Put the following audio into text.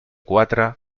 quatre